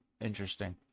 interesting